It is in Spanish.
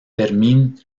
fermín